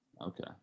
okay